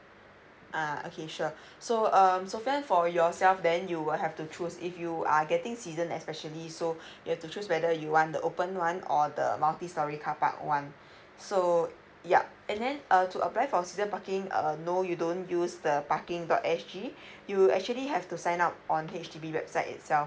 ah okay sure so um sophian for yourself then you will have to choose if you are getting season especially so you have to choose whether you want the open one or the multi storey carpark one so yup and then uh to apply for season parking uh no you don't use the parking dot S G you actually have to sign up on H_D_B website itself